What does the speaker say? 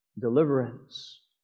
deliverance